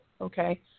okay